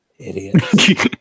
Idiot